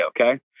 okay